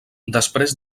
després